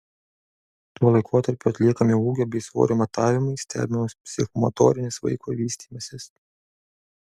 tuo laikotarpiu atliekami ūgio bei svorio matavimai stebimas psichomotorinis vaiko vystymasis